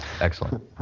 Excellent